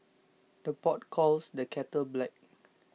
the pot calls the kettle black